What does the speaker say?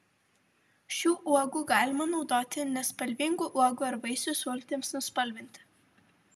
šių uogų galima naudoti nespalvingų uogų ar vaisių sultims nuspalvinti